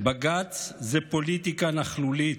בג"ץ זה פוליטיקה נכלולית,